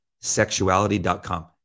sexuality.com